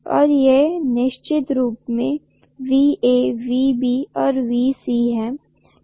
और ये निश्चित रूप से VA VB और VC हैं